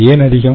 ஏன் அதிகம்